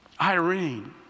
Irene